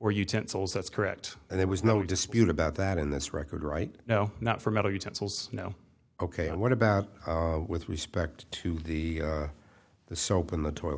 or utensils that's correct and there was no dispute about that in this record right now not for metal utensils you know ok and what about with respect to the the soap and the toilet